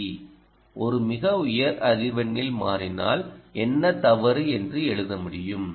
C ஒரு மிக உயர் அதிர்வெண்ணில் மாறினால் என்ன தவறு என்று எழுத முடியும்